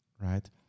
right